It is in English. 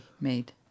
made